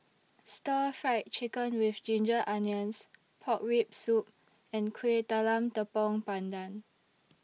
Stir Fried Chicken with Ginger Onions Pork Rib Soup and Kueh Talam Tepong Pandan